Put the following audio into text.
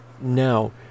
Now